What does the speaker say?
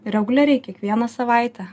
reguliariai kiekvieną savaitę